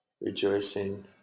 rejoicing